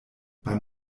beim